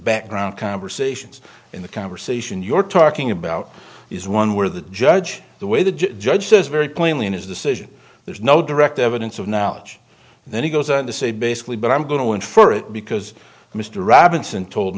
background conversations in the conversation you're talking about is one where the judge the way the judge says very plainly in his decision there's no direct evidence of knowledge and then he goes on to say basically but i'm going to win for it because mr robinson told